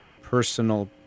personal